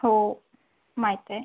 हो माहीत आहे